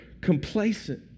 complacent